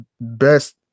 best